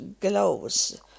gloves